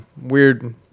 weird